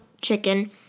chicken